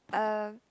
um